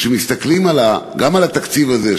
כשמסתכלים גם על התקציב הזה,